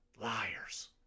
Liars